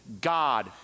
God